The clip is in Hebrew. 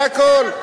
זה הכול,